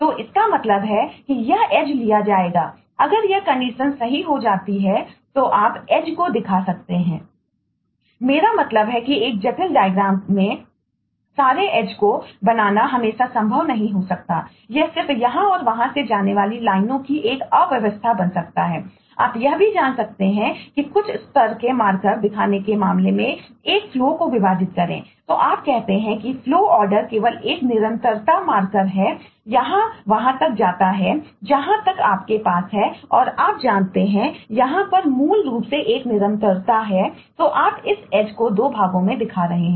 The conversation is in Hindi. तो इसका मतलब है की यह एज को 2 भागों में दिखा रहे हैं